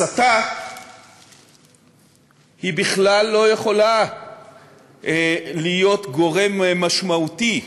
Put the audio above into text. הסתה בכלל לא יכולה להיות גורם משמעותי,